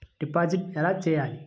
Deposit ఎలా చెయ్యాలి?